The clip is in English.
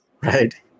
Right